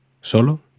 Solo